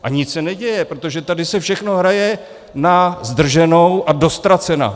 A nic se neděje, protože tady se všechno hraje na zdrženou a do ztracena.